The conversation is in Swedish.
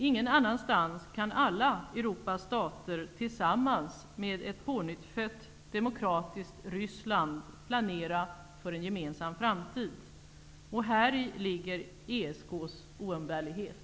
Ingen annanstans kan alla Europas stater tillsammans med ett pånyttfött, demokratiskt Ryssland planera för en gemensam framtid. Häri ligger ESK:s oumbärlighet.